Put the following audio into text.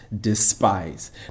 despise